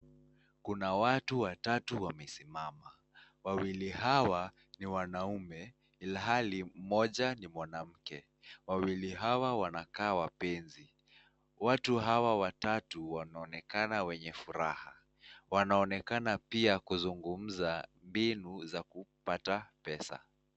Kuna watu watatu wamesimama, wawili hawa ni wanaume, ilhali mmoja ni mwanamke. Wawili hawa wanakaa wapenzi. Watu hawa watatu wanaonekana wenye furaha. Wanaonekana pia kuzungumza mbinu za kupata pesa.